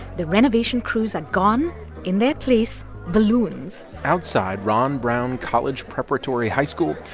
the renovation crews are gone in their place, balloons outside ron brown college preparatory high school,